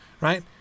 right